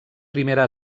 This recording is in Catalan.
primera